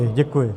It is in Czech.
Děkuji.